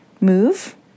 move